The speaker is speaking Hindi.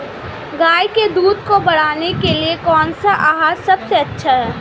गाय के दूध को बढ़ाने के लिए कौनसा आहार सबसे अच्छा है?